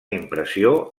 impressió